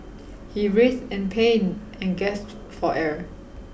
he writhed in pain and gasped for air